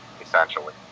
essentially